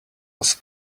was